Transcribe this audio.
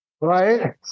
right